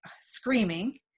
screaming